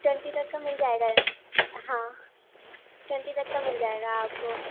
twenty تک کا مل جائے گا یہ ہاں ٹوئنٹی تک کا مل جائے گا آپ کو